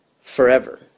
forever